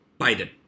Biden